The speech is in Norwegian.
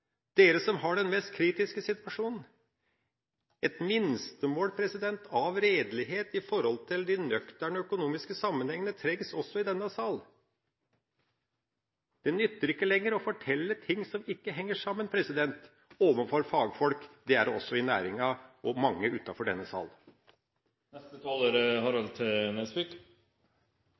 som har den mest kritiske situasjonen. Et minstemål av redelighet vedrørende de nøkterne økonomiske sammenhengene trengs også i denne sal. Det nytter ikke lenger å fortelle ting som ikke henger sammen, til fagfolk – de finnes i næringa, og det er mange utenfor denne sal. Nå er